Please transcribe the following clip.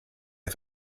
der